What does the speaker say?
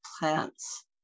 Plants